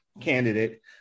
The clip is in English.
candidate